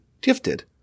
gifted